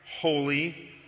holy